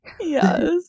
yes